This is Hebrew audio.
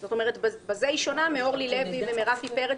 זאת אומרת שבזה היא שונה מאורלי לוי ורפי פרץ